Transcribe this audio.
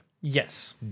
Yes